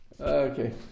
okay